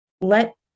let